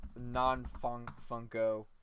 non-Funko